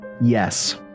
Yes